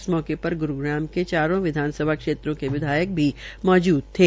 इस मौके पर ग्रूग्राम के चारों विधासभा क्षेत्रों के विधायक भी मौजूदथे